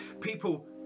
People